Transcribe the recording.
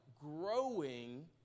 growing